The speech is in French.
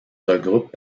regroupent